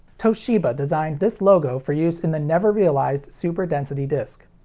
toshiba designed this logo for use in the never realized super density disc.